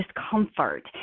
discomfort